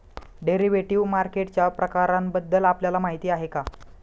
Derivative मार्केटच्या प्रकारांबद्दल आपल्याला माहिती आहे का?